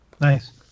Nice